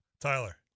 Tyler